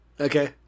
Okay